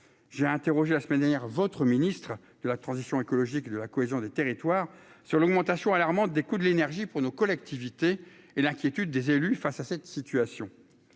j'ai interrogé la semaine dernière, votre ministre de la transition écologique et de la cohésion des territoires, sur l'augmentation alarmante des coûts de l'énergie pour nos collectivités et l'inquiétude des élus face à cette situation,